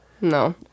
no